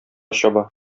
чаба